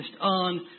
on